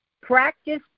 practice